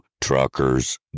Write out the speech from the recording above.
truckers